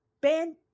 Ben